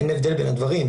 אין הבדל בין הדברים.